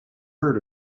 heard